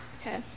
Okay